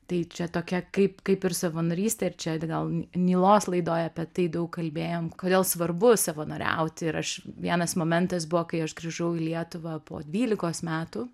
tai čia tokia kaip kaip ir savanorystė ir čia atgal nilos laidoj apie tai daug kalbėjom kodėl svarbu savanoriauti ir aš vienas momentas buvo kai aš grįžau į lietuvą po dvylikos metų